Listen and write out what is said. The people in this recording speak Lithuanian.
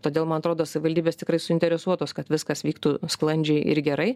todėl man atrodo savivaldybės tikrai suinteresuotos kad viskas vyktų sklandžiai ir gerai